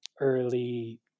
early